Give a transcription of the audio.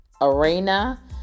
arena